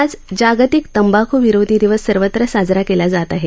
आज जागतिक तंबाखू विरोधी दिवस सर्वत्र साजरा केला जात आहे